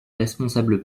responsables